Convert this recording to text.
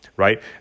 Right